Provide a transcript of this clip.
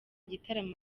gitaramo